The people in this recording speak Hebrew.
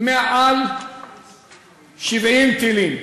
מעל 70 טילים.